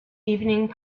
evening